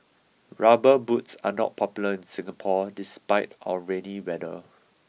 rubber boots are not popular in Singapore despite our rainy weather